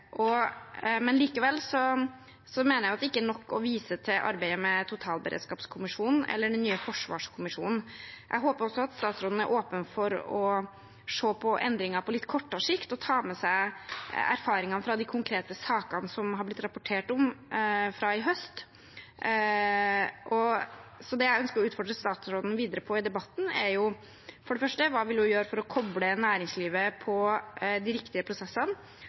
men likevel mener jeg at det ikke er nok å vise til arbeidet med totalberedskapskommisjonen eller den nye forsvarskommisjonen. Jeg håper også at statsråden er åpen for å se på endringer på litt kortere sikt og ta med seg erfaringene fra de konkrete sakene fra i høst som har blitt rapportert om. Så det jeg ønsker å utfordre statsråden videre på i debatten, er: For det første, hva vil hun gjøre for å koble næringslivet på de riktige prosessene?